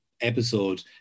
episode